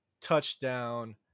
touchdown